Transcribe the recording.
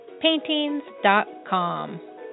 paintings.com